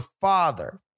father